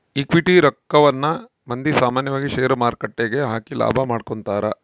equity ರಕ್ಕವನ್ನ ಮಂದಿ ಸಾಮಾನ್ಯವಾಗಿ ಷೇರುಮಾರುಕಟ್ಟೆಗ ಹಾಕಿ ಲಾಭ ಮಾಡಿಕೊಂತರ